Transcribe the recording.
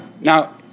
Now